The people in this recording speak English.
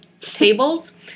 tables